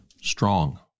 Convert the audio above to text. strong